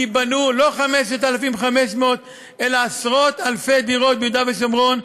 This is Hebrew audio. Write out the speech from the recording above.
ייבנו לא 5,500 אלא עשרות-אלפי דירות ביהודה ושומרון,